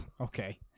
okay